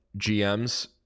GMs